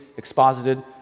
exposited